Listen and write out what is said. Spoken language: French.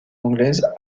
anglaise